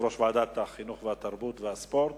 יושב-ראש ועדת החינוך, התרבות והספורט,